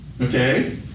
okay